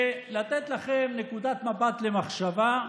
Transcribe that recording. ולתת לכם נקודת מבט למחשבה,